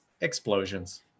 explosions